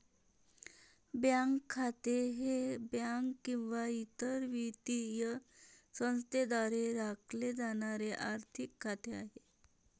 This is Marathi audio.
बँक खाते हे बँक किंवा इतर वित्तीय संस्थेद्वारे राखले जाणारे आर्थिक खाते आहे